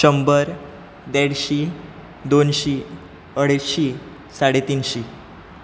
शंबर देडशीं दोनशीं अडेचशीं साडे तिनशीं